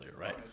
right